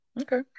Okay